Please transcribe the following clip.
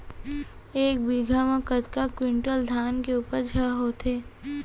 एक बीघा म कतका क्विंटल धान के उपज ह होथे?